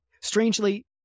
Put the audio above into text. Strangely